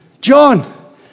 John